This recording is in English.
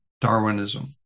Darwinism